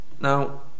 now